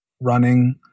running